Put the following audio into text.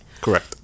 correct